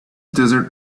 desert